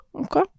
okay